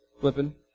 flipping